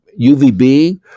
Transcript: UVB